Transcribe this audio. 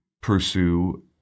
pursue